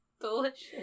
Delicious